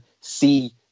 see